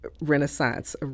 renaissance